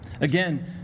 Again